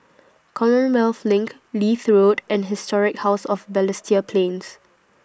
Commonwealth LINK Leith Road and Historic House of Balestier Plains